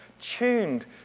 tuned